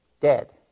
Dead